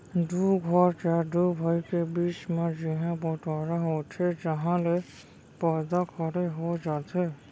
दू घर या दू भाई के बीच म जिहॉं बँटवारा होथे तहॉं ले परदा खड़े हो जाथे